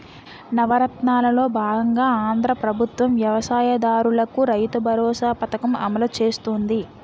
నవరత్నాలలో బాగంగా ఆంధ్రా ప్రభుత్వం వ్యవసాయ దారులకు రైతుబరోసా పథకం అమలు చేస్తుంది